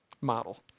model